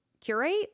curate